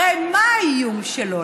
הרי מה האיום שלו?